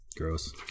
Gross